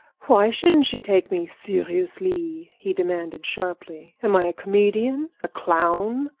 why shouldn't she take me seriously? he demanded sharply. am i a comedian, a clown,